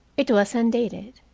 it was undated,